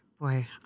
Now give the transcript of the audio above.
Boy